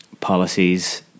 policies